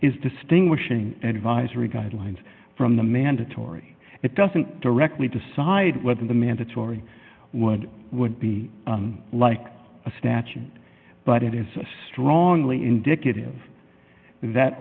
is distinguishing advisory guidelines from the mandatory it doesn't directly decide whether the mandatory would be like a statue but it is strongly indicative that